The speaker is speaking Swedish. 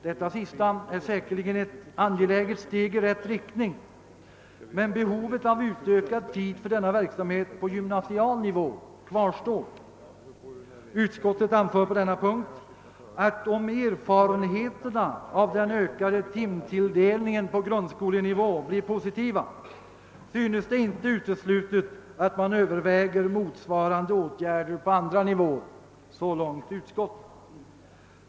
Detta sista är säkerligen ett angeläget steg i rätt riktning, men behovet av utökad tid för denna verksamhet på gymnasial nivå kvarstår. Utskottet anför på denna punkt, att om erfarenheterna av den ökade timtilldelningen på grundskolenivå blir positiva synes det inte uteslutet att man överväger motsvarande åtgärder på andra nivåer.